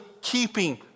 keeping